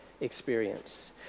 experience